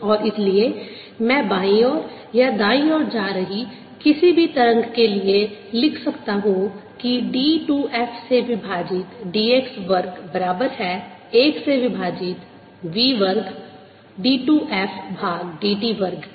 और इसलिए मैं बाईं ओर या दाईं ओर जा रही किसी भी तरंग के लिए लिख सकता हूं कि d 2 f से विभाजित dx वर्ग बराबर है 1 से विभाजित v वर्ग d 2 f भाग dt वर्ग के